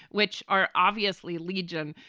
which are obviously legion.